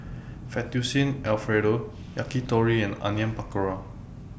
Fettuccine Alfredo Yakitori and Onion Pakora